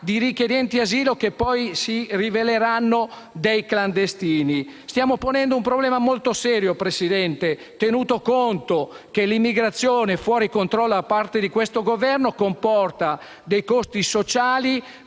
di richiedenti asilo che poi si riveleranno dei clandestini. Stiamo ponendo un problema molta serio, signora Presidente, tenuto conto che l'immigrazione fuori controllo da parte di questo Governo comporta dei costi sociali,